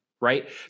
right